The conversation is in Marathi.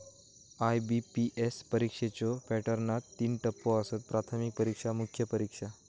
आय.बी.पी.एस परीक्षेच्यो पॅटर्नात तीन टप्पो आसत, प्राथमिक परीक्षा, मुख्य परीक्षा